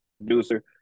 producer